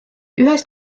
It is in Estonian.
ühest